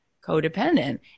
codependent